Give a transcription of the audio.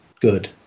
good